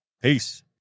Peace